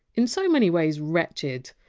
in so many ways, wretched.